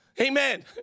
Amen